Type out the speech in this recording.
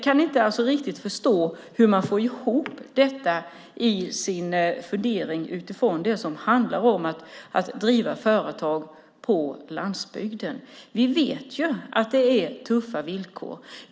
Jag kan inte riktigt förstå hur regeringen får ihop detta utifrån sina tankar om att driva företag på landsbygden. Vi vet att det är tuffa villkor.